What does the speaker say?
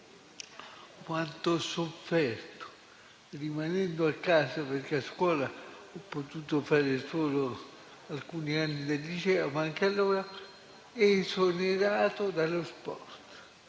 Quanto ho sofferto rimanendo a casa, perché a scuola ho potuto fare solo alcuni anni del liceo, ma anche allora esonerato dallo sport.